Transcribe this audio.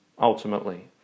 ultimately